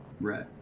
Right